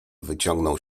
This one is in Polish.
wyciągnął